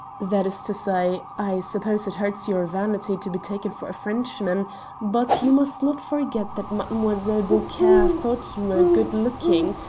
that is to say, i suppose it hurts your vanity to be taken for a frenchman but you must not forget that mademoiselle beaucaire thought you were good-looking,